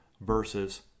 versus